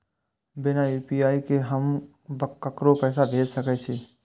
बिना यू.पी.आई के हम ककरो पैसा भेज सके छिए?